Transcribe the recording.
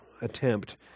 attempt